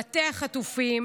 מטה החטופים,